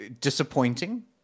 disappointing